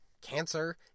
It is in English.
cancer